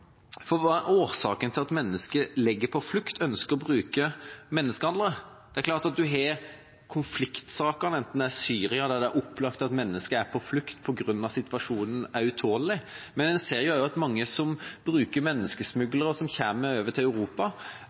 er klart at en har konflikter, som i Syria der det er opplagt at mennesker er på flukt på grunn av at situasjonen er utålelig. Men vi ser også at mange som bruker menneskesmuglere, og som kommer over til Europa,